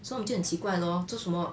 so 我觉得很奇怪 lor 做什么